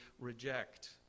reject